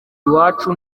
iwacu